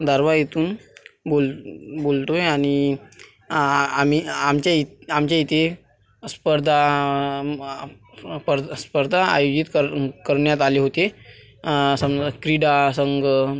दारव्हा येथून बोल बोलतोय आणि आ आम्ही आमच्या आमच्या इथे स्पर्धा आम् स्प स्पर्धा आयोजित कर करण्यात आले होते संग क्रीडा संगम